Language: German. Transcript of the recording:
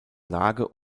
lage